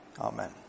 Amen